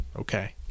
okay